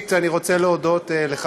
התשע"ז 2017,